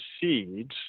seeds